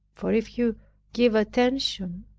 for if you give attention,